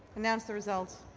announce the result.